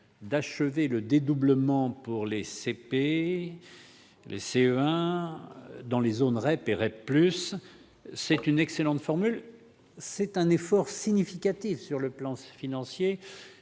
d'achever le dédoublement des CP et des CE1 dans les zones REP et REP+. C'est une excellente formule. C'est aussi un effort significatif sur le plan financier.